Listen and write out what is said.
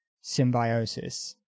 symbiosis